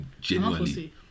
genuinely